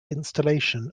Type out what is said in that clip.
installation